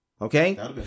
okay